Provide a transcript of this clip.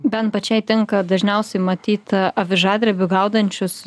bent pačiai tenka dažniausiai matyt avižadrebiu gaudančius